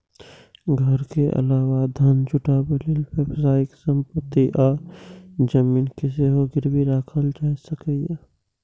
घर के अलावा धन जुटाबै लेल व्यावसायिक संपत्ति आ जमीन कें सेहो गिरबी राखल जा सकैए